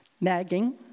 nagging